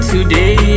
Today